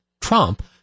Trump